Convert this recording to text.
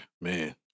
Man